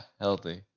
healthy